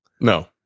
No